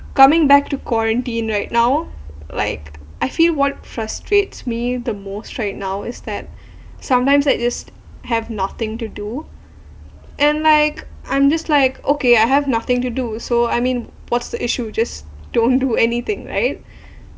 coming back to quarantine right now like I feel what frustrates me the most right now is that sometimes I just have nothing to do and like I'm just like okay I have nothing to do so I mean what's the issue just don't do anything right